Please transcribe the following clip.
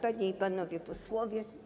Panie i Panowie Posłowie!